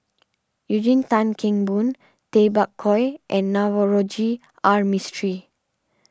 Eugene Tan Kheng Boon Tay Bak Koi and Navroji R Mistri